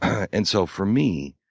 and so for me,